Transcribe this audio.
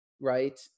right